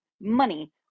money